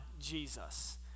Jesus